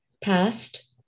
past